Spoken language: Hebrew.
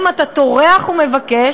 אם אתה טורח ומבקש,